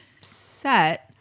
set